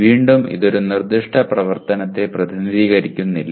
വീണ്ടും ഇത് ഒരു നിർദ്ദിഷ്ട പ്രവർത്തനത്തെ പ്രതിനിധീകരിക്കുന്നില്ല